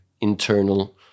internal